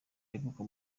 aheruka